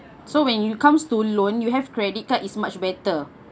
so when you comes to loan you have credit card is much better